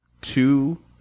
two